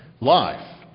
life